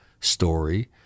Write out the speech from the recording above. story